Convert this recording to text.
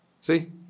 See